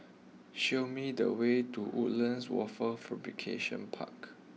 show me the way to Woodlands Wafer Fabrication Park